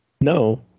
no